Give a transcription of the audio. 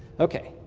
okay.